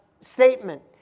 statement